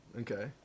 Okay